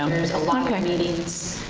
a lot of meetings,